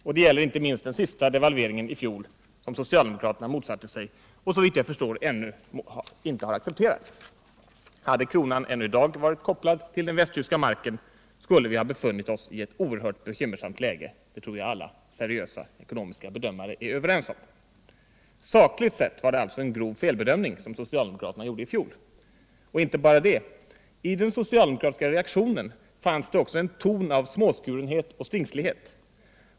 Och det gäller inte minst den sista devalveringen i fjol, som socialdemokraterna motsatte sig och, såvitt jag förstår, ännu inte har accepterat. Hade kronan ännu i dag varit kopplad till den västtyska marken, skulle vi ha befunnit oss i ett oerhört bekymmersamt läge — det tror jag alla seriösa ekonomiska bedömare är överens om. Sakligt sett var det alltså en grov felbedömning som socialdemokraterna gjorde i fjol. Och inte bara det. I den socialdemokratiska reaktionen fanns det också en ton av småskurenhet och stingslighet.